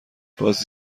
بازی